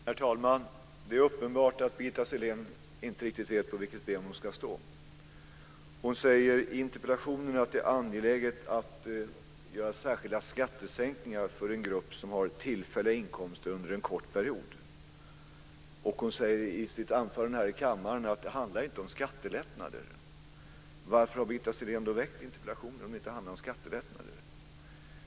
Herr talman! Det är uppenbart att Birgitta Sellén inte riktigt vet på vilket ben hon ska stå. Hon säger i interpellationen att det är angeläget att göra särskilda skattesänkningar för en grupp som har tillfälliga inkomster under en kort period. Och i sitt anförande här i kammaren säger hon att det inte handlar om skattelättnader. Varför har Birgitta Sellén väckt interpellationen om det inte handlar om skattelättnader?